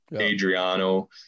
Adriano